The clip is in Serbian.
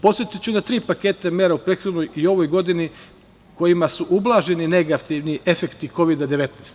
Podsetiću na tri paketa mera u prethodnoj i ovoj godini kojima su ublaženi negativni efekti Kovida 19.